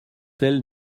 telle